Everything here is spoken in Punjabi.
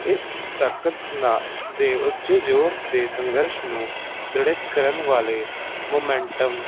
ਇਸ ਤਾਕਤ ਨਾਲ ਦੇ ਉੱਚ ਜ਼ੋਰ ਅਤੇ ਸੰਘਰਸ਼ ਨੂੰ ਦੜਿਤ ਕਰਨ ਵਾਲੇ ਮੂਮੈਂਟਮ